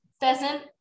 Pheasant